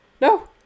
No